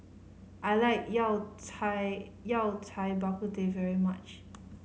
I like Yao Cai Yao Cai Bak Kut Teh very much